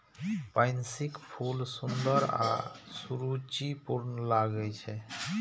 पैंसीक फूल सुंदर आ सुरुचिपूर्ण लागै छै